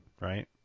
right